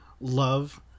love